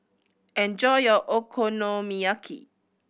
enjoy your Okonomiyaki